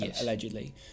allegedly